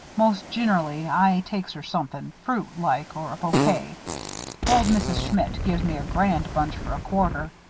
most ginerally i takes her somethin' fruit like, or a bouquet old mrs. schmidt gives me a grand bunch for a quarter.